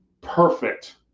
perfect